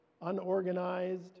Unorganized